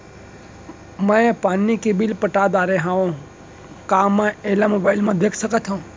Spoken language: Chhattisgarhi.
मैं पानी के बिल पटा डारे हव का मैं एला मोबाइल म देख सकथव?